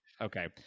Okay